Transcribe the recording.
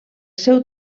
seu